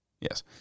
yes